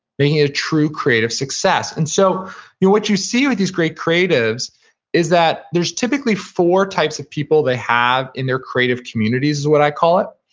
making it a true creative success and so what you see with these great creatives is that there's typically four types of people they have in their creative communities, is what i call it.